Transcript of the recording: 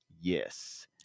Yes